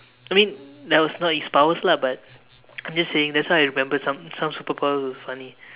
I mean that was not his powers so lah but I'm just saying that's why I remember some some superheroes that was funny